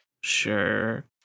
Sure